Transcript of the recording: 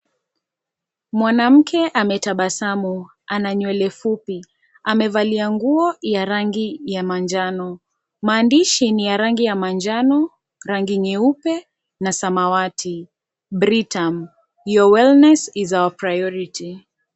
Mwanamke ametabasamu. Ana nywele fupi. Amevalia nguo ya rangi ya manjano. Maandishi ni ya rangi ya manjano, rangi nyeupe na samawati. Britam, your wellness is our priority .